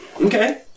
Okay